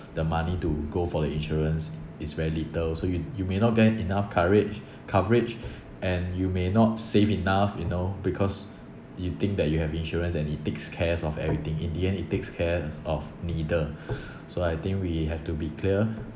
the money to go for the insurance is very little so you you may not get enough courage coverage and you may not save enough you know because you think that you have insurance and it takes cares of everything in the end it takes cares of neither so I think we have to be clear